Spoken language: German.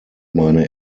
meine